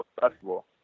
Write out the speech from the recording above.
basketball